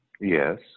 yes